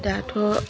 दाथ'